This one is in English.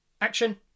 action